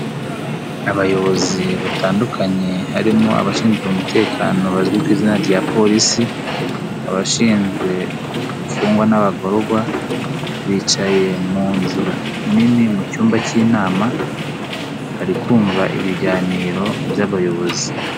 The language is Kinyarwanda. Abayobozi batandukanye, harimo abashinzwe umutekano bazwi ku izina rya polisi, abashinzwe imfungwa n'abagororwa, bicaye mu nzu nini mu cyumba cy'inama, barikumva ibiganiro by'abayobozi.